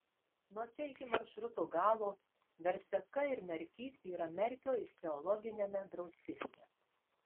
nuo čia iki maršruto galo verseka ir merkys yra merkio ichtiologiniame draustinyje